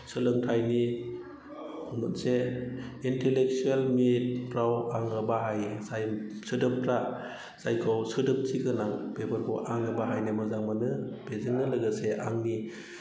सोलोंथायनि मोनसे इनतेलेक्सुयेल मितफ्राव आङो बाहायो जाय सोदोबफ्रा जायखौ सोदोबथि गोनां बेफोरखौ आं बाहायनो मोजां मोनो बेजोंनो लोगोसे आंनि